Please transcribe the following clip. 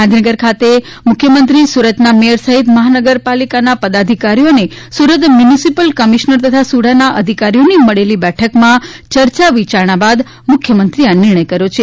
ગાંધીનગર ખાતે મુખ્યમંત્રી સુરતના મેયર સહિત મહાનગરના પદાધિકારીઓ સુરત મ્યુનિસિપલ કમિશનર તથા સુડાના અધિકારીઓની મળેલી બેઠકમાં ચર્ચા વિચારણા બાદ મુખ્યમંત્રીએ આ નિર્ણય કર્યો છે